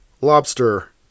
lobster